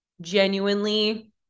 genuinely